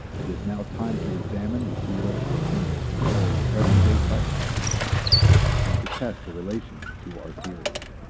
it is now time to examine the theoretical opinions governing present-day psychology and to test their relation to our theories.